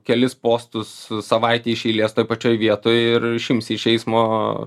kelis postus savaitei iš eilės toj pačioj vietoj ir išimsi iš eismo